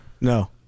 No